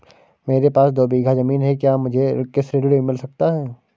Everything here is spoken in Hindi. मेरे पास दो बीघा ज़मीन है क्या मुझे कृषि ऋण मिल सकता है?